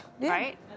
right